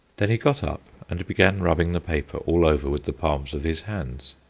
then he got up and began rubbing the paper all over with the palms of his hands.